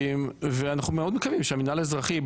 ואנחנו מאוד מקווים שהמנהל האזרחי,